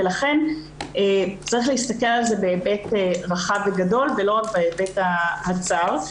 לכן צריך להסתכל על זה בהיבט רחב וגדול ולא רק בהיבט הצר.